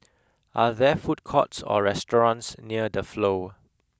are there food courts or restaurants near the Flow